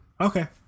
Okay